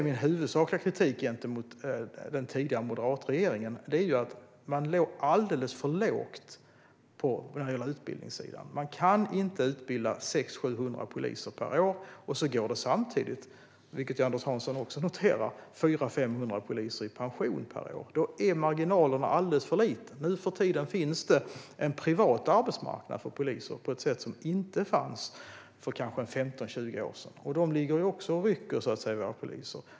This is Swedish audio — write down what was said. Min huvudsakliga kritik mot den tidigare moderatregeringen är att den låg alldeles för lågt på utbildningssidan. Man kan inte utbilda 600-700 poliser per år samtidigt som, vilket Anders Hansson också noterar, 400-500 poliser går i pension per år. Då är marginalerna alldeles för små. Nuförtiden finns det en privat arbetsmarknad för poliser som inte fanns för 15-20 år sedan. De ligger också och rycker i våra poliser.